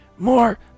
more